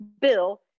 Bill